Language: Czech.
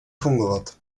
fungovat